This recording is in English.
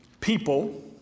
people